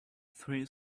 three